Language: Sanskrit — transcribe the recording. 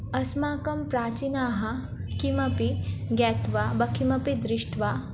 अस्माकं प्राचीनाः किमपि ज्ञात्वा वा किमपि दृष्ट्वा